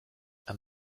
and